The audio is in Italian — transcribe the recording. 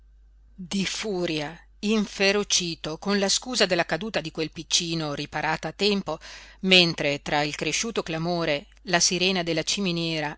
di furia inferocito con la scusa della caduta di quel piccino riparata a tempo mentre tra il cresciuto clamore la sirena della ciminiera